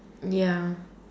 ya